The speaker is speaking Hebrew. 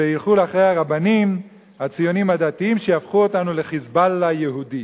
שילכו אחרי הרבנים הציונים-הדתיים שיהפכו אותנו ל"חיזבאללה" יהודי.